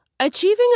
Achieving